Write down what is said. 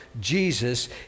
Jesus